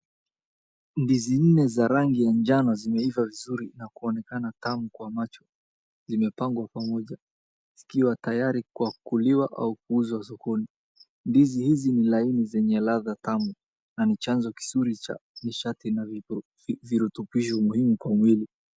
Ndizi nne za rangi ya njano zimeiva vizuri na kuonekana tamu kwa macho. Zimepangwa pamoja, zikiwa tayari kwa kuliwa au kuuzwa sokoni. Ndizi hizi ni laini zenye ladha tamu, na ni chanzo kizuri cha nishati na virutubisho muhimu kwa mwili.